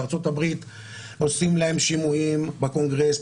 בארצות הברית עושים להם שימועים בקונגרס,